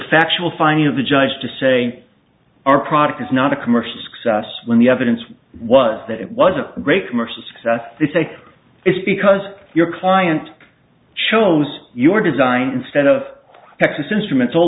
factual finding of the judge to say our product is not a commercial success when the evidence was that it was a great commercial success they say it's because your client chose your design instead of texas instruments all